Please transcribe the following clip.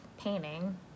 painting